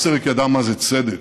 מסריק ידע מה זה צדק,